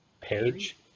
Page